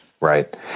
Right